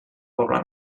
poble